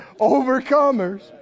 Overcomers